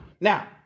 Now